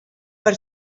per